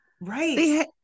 Right